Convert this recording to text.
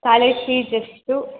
college fees ಎಷ್ಟು